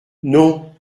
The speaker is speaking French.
non